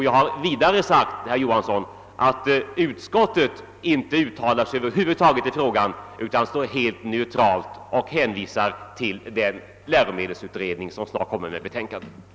Jag har vidare sagt, herr Johansson, att utskottet över huvud taget inte uttalat sig i frågan utan ställt sig helt neutralt och hänvisat till läromedelsutredningen som snart kommer att framlägga sitt betänkande.